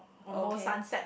okay